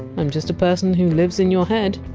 i! m just a person who lives in your head